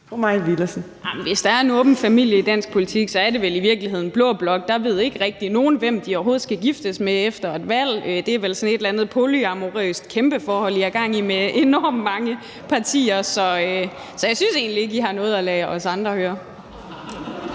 hvis der er en åben familie i dansk politik, er det vel i virkeligheden blå blok. Der ved ingen rigtig, hvem de overhovedet skal giftes med efter et valg. Det er vel sådan et eller andet polyamourøst kæmpeforhold, I har gang i, med enormt mange partier, så jeg synes egentlig ikke, I har noget at lade os andre høre.